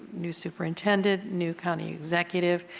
new superintendent, new county executive,